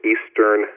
Eastern